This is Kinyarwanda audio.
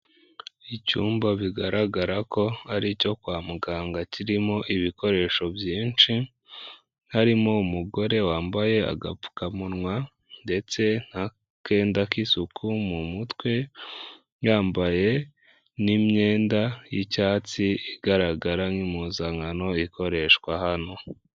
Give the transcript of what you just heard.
Icyumba bigaragara ko ari icyo kwa muganga kirimo ibikoresho byinshi, harimo umugore wambaye agapfukamunwa ndetse nk'akenda k'isuku mu mutwe, yambaye n'imyenda y'icyatsi igaragara nk'impuzankano ikoreshwa hano.